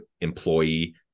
employee